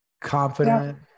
confident